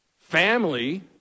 family